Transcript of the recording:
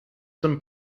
some